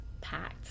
packed